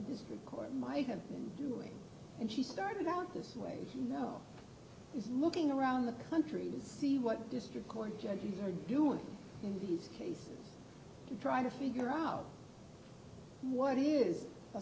the court might have doing and she started out this way you know looking around the country to see what district court judges are doing these cases trying to figure out what is a